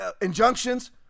injunctions